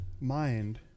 mind